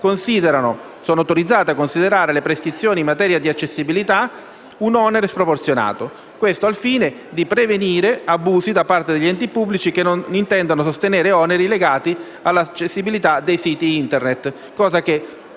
sono autorizzate a considerare le prescrizioni in materia di accessibilità un onere sproporzionato. Ciò è previsto al fine di prevenire abusi da parte degli enti pubblici che non intendano sostenere oneri legati all'accessibilità dei siti *Internet*, cosa che